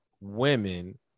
women